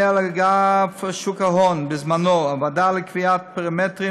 על אגף שוק ההון בזמנו הוועדה לקביעת פרמטרים